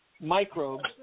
microbes